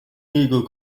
eagle